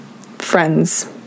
friends